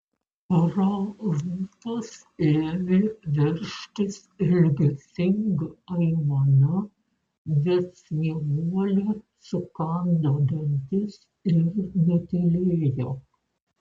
pro lūpas ėmė veržtis ilgesinga aimana bet snieguolė sukando dantis ir nutylėjo